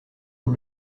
aux